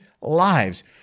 lives